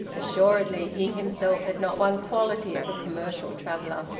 assuredly he himself had not one quality of a commercial traveller.